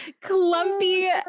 clumpy